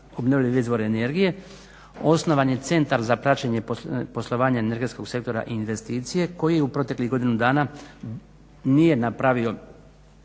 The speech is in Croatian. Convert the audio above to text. obnovljive izvore energije osnovan je Centar za praćenje poslovanja energetskog sektora i investicije koji je u proteklih godinu dana nije napravio